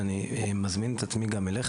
ואני מזמין את עצמי גם אליך.